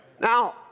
Now